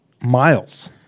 Miles